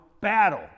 battle